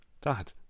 Dad